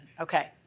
Okay